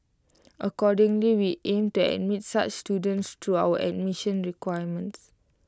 accordingly we aim to admit such students through our admission requirements